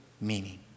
meaning